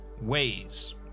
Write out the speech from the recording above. ways